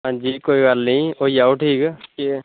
हां जी कोई गल्ल निं होई जाह्ग ठीक